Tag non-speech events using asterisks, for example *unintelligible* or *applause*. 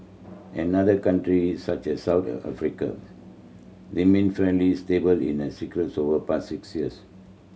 another countries such as South *unintelligible* remained fairly stable in their *unintelligible* over past six years